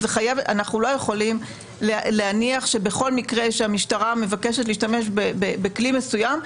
אנחנו לא יכולים להניח שבכל מקרה שהמשטרה מבקשת להשתמש בכלי מסוים,